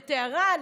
לטהרן?